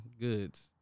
goods